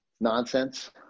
Nonsense